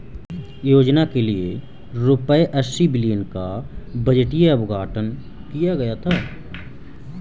योजना के लिए रूपए अस्सी बिलियन का बजटीय आवंटन किया गया था